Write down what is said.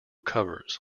covers